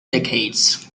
decades